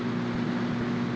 the